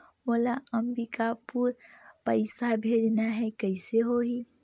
मोला अम्बिकापुर पइसा भेजना है, कइसे होही?